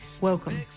welcome